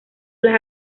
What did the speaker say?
las